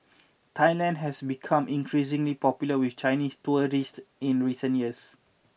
Thailand has become increasingly popular with Chinese tourists in recent years